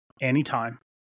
anytime